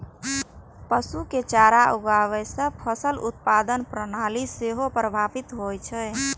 पशु के चारा उगाबै सं फसल उत्पादन प्रणाली सेहो प्रभावित होइ छै